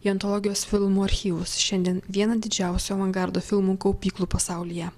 į antologijos filmų archyvus šiandien vieną didžiausių avangardo filmų kaupyklų pasaulyje